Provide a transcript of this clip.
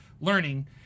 learning